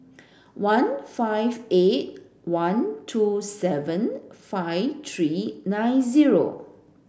one five eight one two seven five three nine zero